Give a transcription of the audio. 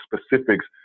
specifics